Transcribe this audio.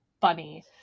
funny